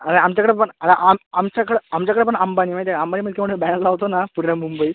अरे आमच्याकडं पण अरे आम आमच्याकडं आमच्याकडं पण अंबानी माहिती आहे का अंबानी म्हणजे इतकी मोठी बॅनर लावतो ना पूर्ण मुंबईत